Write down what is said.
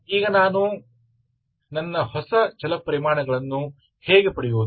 ಈಗ ನಾನು ನನ್ನ ಹೊಸ ಚಲಪರಿಮಾಣಗಳನ್ನು ಹೇಗೆ ಪಡೆಯುವುದು